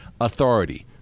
Authority